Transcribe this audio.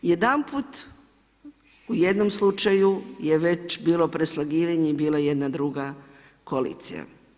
Jedanput u jednom slučaju je već bilo preslagivanja i bila je jedna druga koalicija.